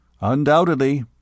Undoubtedly